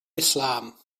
islam